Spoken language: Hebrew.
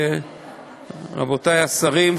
רבותי השרים,